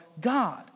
God